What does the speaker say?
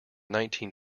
nineteen